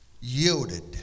yielded